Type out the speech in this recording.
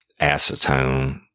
acetone